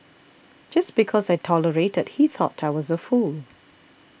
just because I tolerated he thought I was a fool